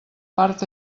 part